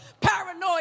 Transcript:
paranoid